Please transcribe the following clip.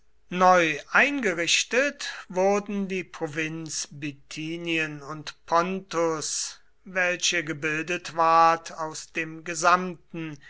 neu eingerichtet wurden die provinz bithynien und pontus welche gebildet ward aus dem gesamten